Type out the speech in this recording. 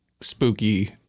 spooky